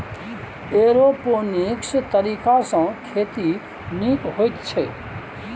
aeroponics तरीकासँ खेती नीक होइत छै